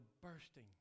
bursting